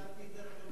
אומנם הזכרתי את זה,